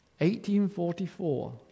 1844